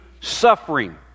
suffering